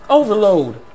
Overload